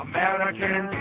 American